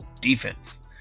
defense